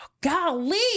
golly